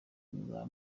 muzaba